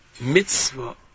mitzvah